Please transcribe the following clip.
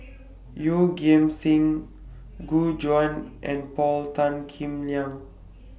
Yeoh Ghim Seng Gu Juan and Paul Tan Kim Liang